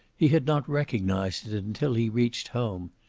he had not recognized it until he reached home.